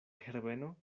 herbeno